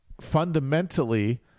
fundamentally